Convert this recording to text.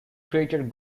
creator